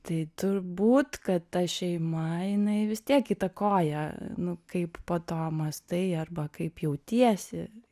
tai turbūt kad ta šeima jinai vis tiek įtakoja nu kaip po to mąstai arba kaip jautiesi